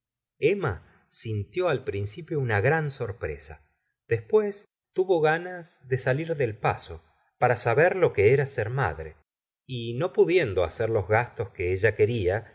emma sintió al principio una gran sorpresa después tuvo ganas de salir del paso para saber lo que era ser madre y no pudiendo hacer los gastos que ella quería